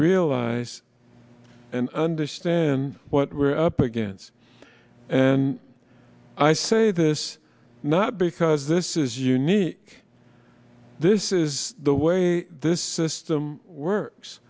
realize and understand what we're up against and i say this not because this is unique this is the way this system works